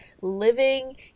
living